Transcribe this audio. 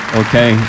okay